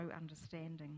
understanding